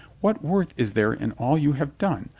what worth is there in all you have done?